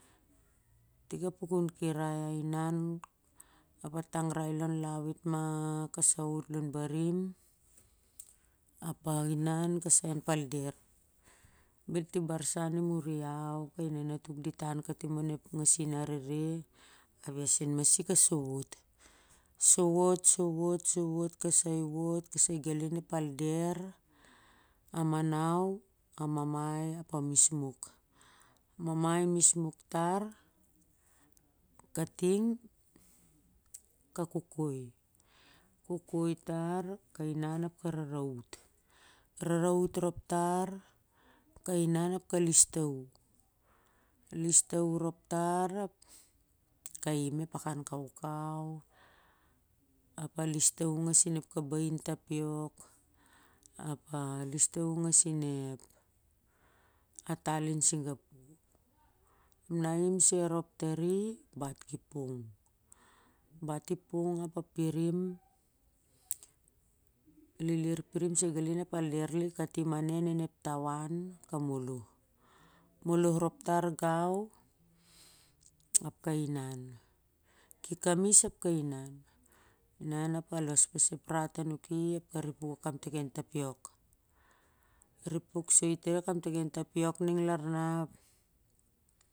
I tik a pukun kirai a inan ap a tangrai lon iau it ma kasai wot lon barim ap a inan kesai wot an palder bel ti barsan i re iau ap kai na natuk dit inan katim onep nasin arere ap iau sen masik a sowot, sowot, sowot ka sai gali onep palder a manau a mamai ap a mismuk, mamai, mismuk tar kating ka kokoi, kokoi tar ka inan ap ka raraut, raraut rop tar ka inan apka his ta- uh, lista uh rop tar ka aim ma ep pakan kaukau ap a lista uh nasin ep kabain tapiok, ap na aim soi a rop tavi ap ep bat ki pung ap a pirim lilirpirim sai gali lakan palder katim a ne a nen ep tawan ap a moloh, moloh rop tar gan ap ka inan ki kamis ap ka inan ap a los pasep vat a nuki ap ka ripuk ep kaptiken tapiok ripuk soi i tik a kaptiken tapiok ning lar na ap.